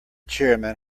chairwoman